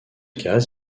gaz